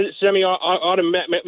semi-automatic